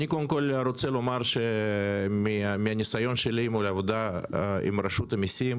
אני קודם כל רוצה לומר שמהניסיון שלי מול העבודה עם רשות המיסים